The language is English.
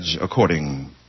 according